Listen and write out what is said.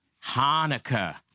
Hanukkah